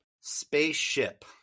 spaceship